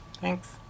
Thanks